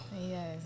Yes